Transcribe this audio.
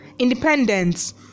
Independence